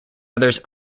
others